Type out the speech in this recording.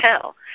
tell